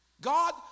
God